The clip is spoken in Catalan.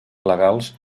legals